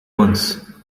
once